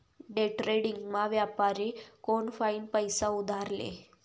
डेट्रेडिंगमा व्यापारी कोनफाईन पैसा उधार ले